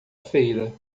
feira